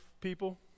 people